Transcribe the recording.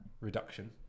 reduction